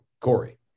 Corey